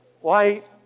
White